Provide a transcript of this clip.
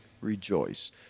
rejoice